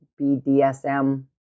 BDSM